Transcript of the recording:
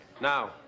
Now